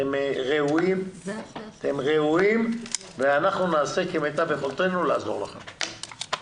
אתם ראויים ואנחנו נעשה כמיטב יכולנו לעזור לכם.